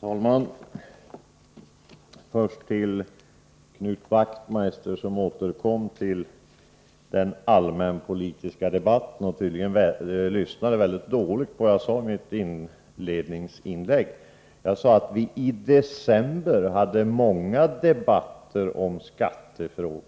Herr talman! Först till Knut Wachtmeister som återkom till den allmänpolitiska debatten. Han lyssnade tydligen mycket dåligt på vad jag sade i mitt inledningsanförande. Jag sade att vi i december hade många debatter i skattefrågor.